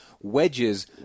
Wedges